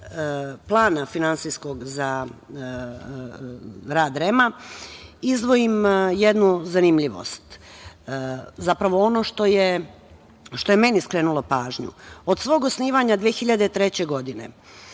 da iz finansijskog plana za rad REM-a izdvojim jednu zanimljivost, zapravo ono što je meni skrenulo pažnju. Od svog osnivanja 2003. godine,